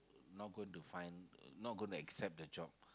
not going to find not going to accept the job